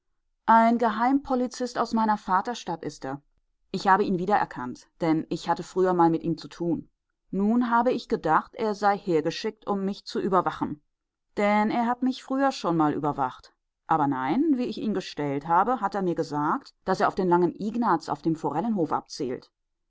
ein geheimpolizist aus meiner vaterstadt ist er ich habe ihn wiedererkannt denn ich hatte früher mal mit ihm zu tun nun habe ich gedacht er sei hergeschickt um mich zu überwachen denn er hat mich früher schon mal überwacht aber nein wie ich ihn gestellt habe hat er mir gesagt daß er auf den langen ignaz auf dem forellenhof abzielt er